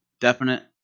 definite